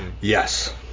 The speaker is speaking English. Yes